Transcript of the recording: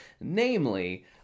namely